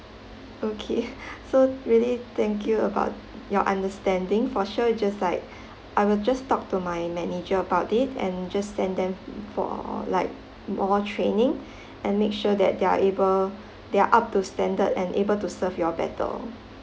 okay so really thank you about your understanding for sure just like I will just talk to my manager about it and just send them for like more training and make sure that they're able they're up to standard and able to serve y'all better